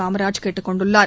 காமராஜ் கேட்டுக் கொண்டுள்ளார்